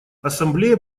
ассамблея